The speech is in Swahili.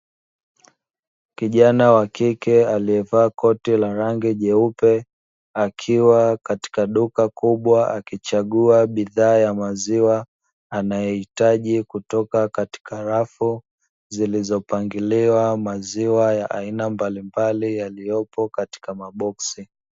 Kijana wa kike aliyevaa koti la rangi jeupe akiwa katika duka kubwa akichagua bidhaa ya maziwa anayohitaji, kutoka katika rafu zilizopangiliwa maziwa ya aina mbalimbali yaliyopo katika maboksi.